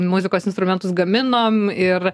muzikos instrumentus gaminom ir